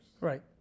Right